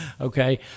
okay